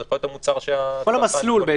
זה יכול להיות המוצר --- כל המסלול.